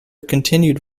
continued